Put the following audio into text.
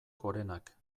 gorenak